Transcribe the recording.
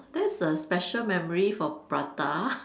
this is a special memory for prata